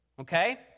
Okay